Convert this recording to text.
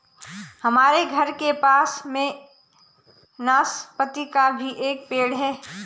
हमारे घर के पास में नाशपती का भी एक पेड़ है